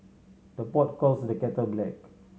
the pot calls the kettle black